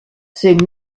saying